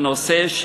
הנושא,